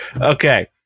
Okay